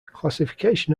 classification